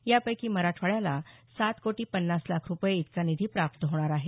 यापैकी मराठवाड्याला सात कोटी पन्नास लाख रुपये इतका निधी प्राप्त होणार आहे